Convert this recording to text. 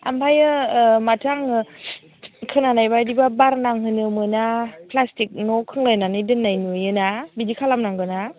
ओमफ्राय माथो आङो खोनानाय बायदिबा बार नांहोनो मोना प्लाष्टिक न' खोंलायनानै दोननाय नुयोना बिदि खालामनांगौ ना